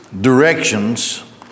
directions